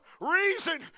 reason